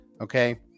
Okay